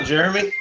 Jeremy